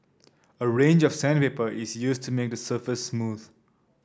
a range of sandpaper is used to make the surface smooth